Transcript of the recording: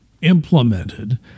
implemented